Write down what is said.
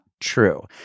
True